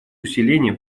усиления